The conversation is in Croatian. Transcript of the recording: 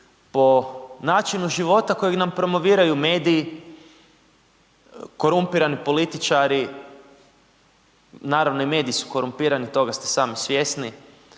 po načinu života kojeg nam promoviraju mediji, korumpirani političari, naravno i mediji su korumpirani, toga ste sami svjesni.